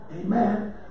Amen